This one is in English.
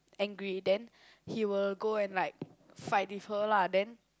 angry then he will go and like fight with her lah then